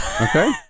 Okay